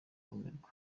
barumirwa